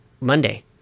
Monday